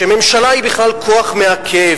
שהממשלה היא בכלל כוח מעכב,